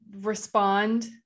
respond